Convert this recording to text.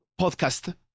podcast